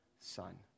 son